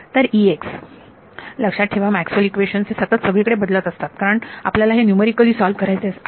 तर लक्षात ठेवा मॅक्सवेल इक्वेशन्सMaxwell's equations हे सतत सगळीकडे बदलत असतात आपल्याला हे न्यूमरिकली सॉलव्ह करायचे आहे